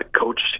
coach